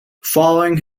following